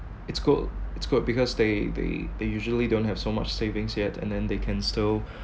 it's good it's good because they they they usually don't have so much savings yet and then they can still